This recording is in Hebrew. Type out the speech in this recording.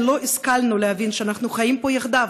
לא השכלנו להבין שאנחנו חיים פה יחדיו,